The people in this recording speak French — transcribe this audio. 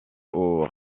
aux